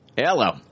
Hello